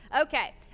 Okay